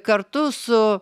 kartu su